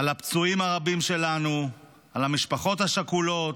על הפצועים הרבים שלנו, על המשפחות השכולות,